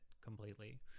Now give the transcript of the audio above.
completely